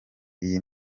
iyi